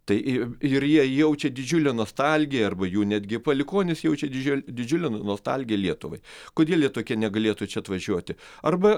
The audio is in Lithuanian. tai ir ir jie jaučia didžiulę nostalgiją arba jų netgi palikuonys jaučia didžiul didžiulę nostalgiją lietuvai kodėl jie tokie negalėtų čia atvažiuoti arba